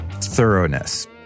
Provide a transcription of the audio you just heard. thoroughness